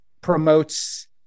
promotes